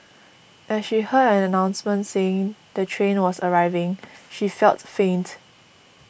as she heard an announcement saying the train was arriving she felt faint